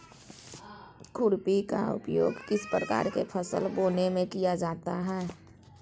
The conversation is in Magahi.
खुरपी का उपयोग किस प्रकार के फसल बोने में किया जाता है?